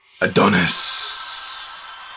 Adonis